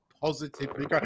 positively